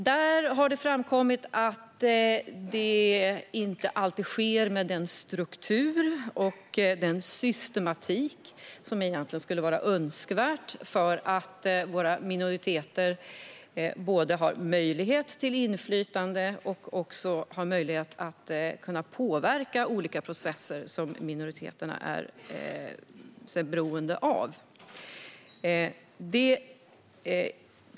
Det har framkommit att det inte alltid sker med den struktur och systematik som är önskvärd för att våra minoriteter ska ha möjlighet till inflytande och påverkan på de processer som de är beroende av.